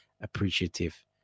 Appreciative